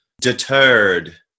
deterred